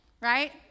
right